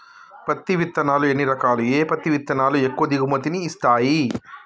పత్తి విత్తనాలు ఎన్ని రకాలు, ఏ పత్తి విత్తనాలు ఎక్కువ దిగుమతి ని ఇస్తాయి?